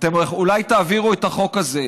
אתם אולי תעבירו את החוק הזה,